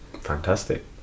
Fantastic